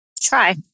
try